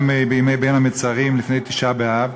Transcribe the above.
גם בימי בין המצרים לפני תשעה באב,